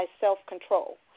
self-control